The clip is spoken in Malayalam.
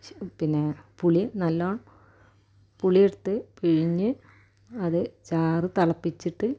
പിന്നെ പുളി നല്ലോണം പുളിയെടുത്ത് പിഴിഞ്ഞ് അത് ചാറ് തിളപ്പിച്ചിട്ട്